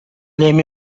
эми